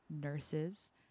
nurses